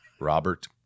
Robert